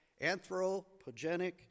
anthropogenic